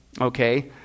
okay